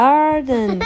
Garden